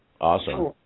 Awesome